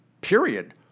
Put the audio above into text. Period